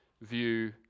view